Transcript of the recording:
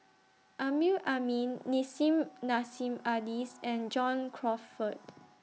Amrin Amin Nissim Nassim Adis and John Crawfurd